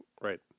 Right